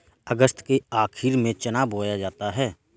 अगस्त के आखिर में चना बोया जाता है